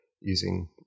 using